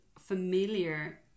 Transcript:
familiar